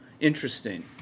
interesting